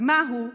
ומה הוא?